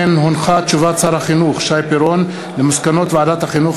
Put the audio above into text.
תשובת שר החינוך שי פירון על מסקנות ועדת החינוך,